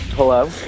Hello